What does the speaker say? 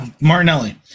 Martinelli